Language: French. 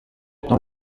dans